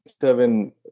seven